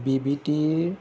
বিবৃতিৰ